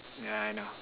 yeah I know